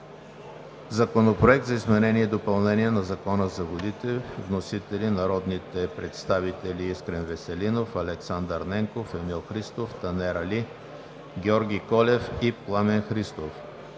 Законопроект за изменение и допълнение на Закона за водите. Вносители са народните представители Искрен Веселинов, Александър Ненков, Емил Христов, Танер Али, Георги Колев и Пламен Христов.